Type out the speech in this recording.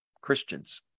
Christians